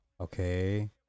Okay